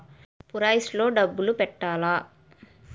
Purse లో డబ్బులు పెట్టలా?